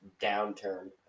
downturn